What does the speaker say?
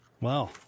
Wow